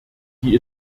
die